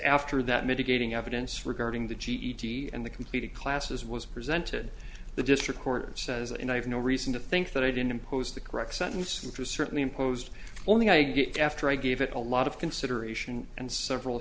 after that mitigating evidence regarding the ged and the completed classes was presented the district court says and i have no reason to think that i didn't impose the correct sentence which was certainly imposed only i get it after i gave it a lot of consideration and several